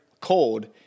cold